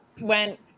went